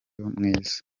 mwiza